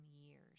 years